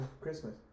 Christmas